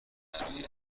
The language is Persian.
برای